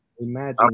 Imagine